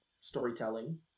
storytelling